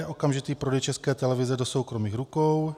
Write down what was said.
Okamžitý prodej České televize do soukromých rukou.